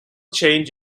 change